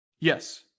Yes